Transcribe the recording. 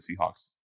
Seahawks